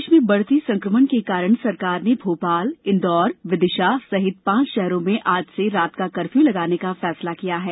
प्रदेश में बढ़ते संकमण के कारण सरकार ने भोपाल इंदौर विदिशा सहित पांच शहरों में आज से रात का कफ़र्यू लगाने का फैसला किया है